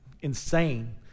insane